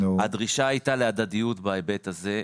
הדרישה הייתה להדדיות בהיבט הזה,